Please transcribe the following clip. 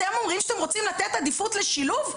אתם אומרים שאתם רוצים לתת עדיפות לשילוב,